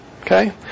Okay